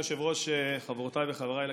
אדוני היושב-ראש, חברותיי וחבריי לכנסת,